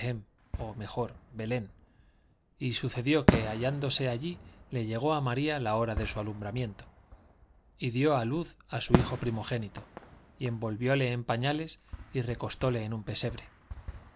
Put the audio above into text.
camino de bethlehem o mejor belén y sucedió que hallándose allí le llegó a maría la hora de su alumbramiento y dio a luz a su hijo primogénito y envolviole en pañales y recostole en un pesebre